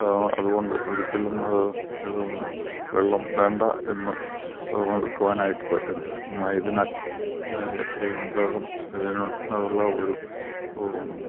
അതുകൊണ്ട് ഒരിക്കലും വെള്ളം വേണ്ടാ എന്ന് എടുക്കുവാനായിട്ട് പറ്റുന്നില്ല ആയതിനാൽ എത്രയും വേഗം ഇതിന് ഉള്ള ഒരു